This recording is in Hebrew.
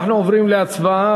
אנחנו עוברים להצבעה.